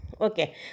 Okay